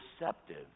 receptive